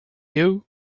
you